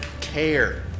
care